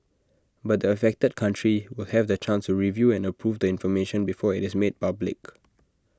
but the affected country will have the chance to review and approve the information before IT is made public